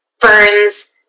burns